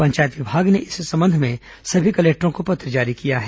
पंचायत विभाग ने इस संबंध में सभी कलेक्टरों को पत्र जारी किया है